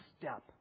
step